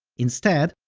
instead,